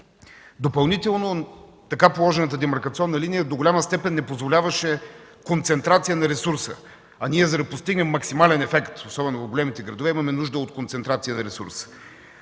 финансиране. Така положената демаркационна линия до голяма степен допълнително не позволяваше концентрация на ресурса. За да постигнем максимален ефект, особено в големите градове, имаме нужда от концентрация на ресурс.